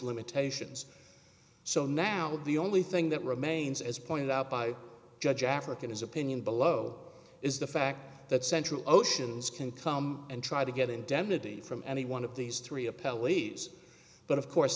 limitations so now the only thing that remains as pointed out by judge african his opinion below is the fact that central oceans can come and try to get indemnity from any one of these three a pelleas but of course